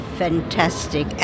fantastic